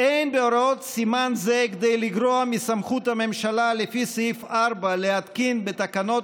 אין בהוראות סימן זה כדי לגרוע מסמכות הממשלה לפי סעיף 4 להתקין בתקנות